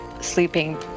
sleeping